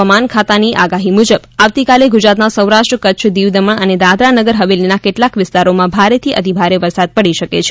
હવામાન ખાતાની આગાહી મુજબ આવતીકાલે ગુજરાતના સૌરાષ્ટ્રકચ્છદીવદમણ અને દાદરાનગર હવેલીના કેટલાક વિસ્તારોમાં ભારેથી અતિભારે વરસાદ પડી શકે છે